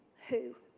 who?